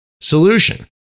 solution